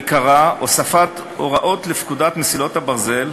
עיקרה הוספת הוראות לפקודת מסילות הברזל,